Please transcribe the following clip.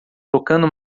tocando